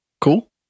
Cool